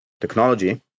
technology